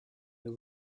the